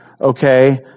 okay